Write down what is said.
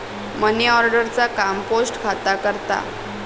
money order चा काम post खाता करता